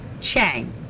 Chang